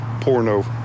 porno